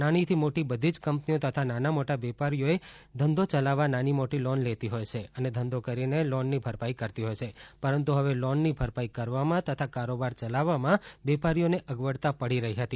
નાનીથી મોટી બધી જ કંપનીઓ તથા નાના મોટા વેપારીઓએ ધંધો ચલાવવા નાની મોટી લોન લેતી હોય છે અને ધંધો કરીને લોનની ભરપાઈ કરતી હોય છે પરંતુ હવે લોનની ભરપાઈ કરવામાં તથા કારોબાર ચલાવવામાં વેપારીઓને અગવડતા પડી રહી હતી